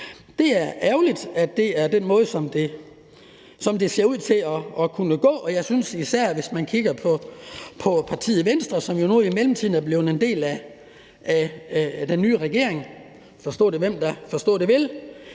Det er ærgerligt, at det er sådan, det ser ud til at kunne gå, især hvis man kigger på partiet Venstre, som jo nu i mellemtiden er blevet en del af den nye regering – forstå det, hvem der forstå det kan